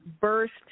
burst